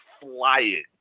flying